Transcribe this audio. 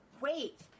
wait